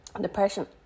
depression